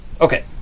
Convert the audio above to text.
Okay